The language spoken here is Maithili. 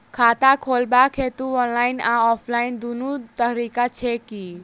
खाता खोलेबाक हेतु ऑनलाइन आ ऑफलाइन दुनू तरीका छै की?